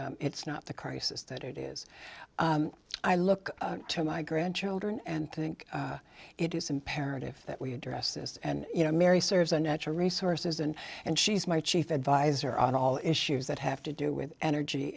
it's not the crisis that it is i look to my grandchildren and think it is imperative that we address this and you know mary serves our natural resources and and she's my chief adviser on all issues that have to do with energy